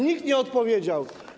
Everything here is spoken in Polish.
Nikt nie odpowiedział.